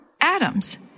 Adams